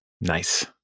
nice